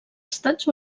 estats